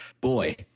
boy